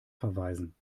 verweisen